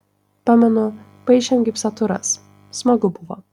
pamenu paišėm gipsatūras smagu buvo